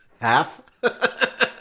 Half